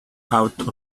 out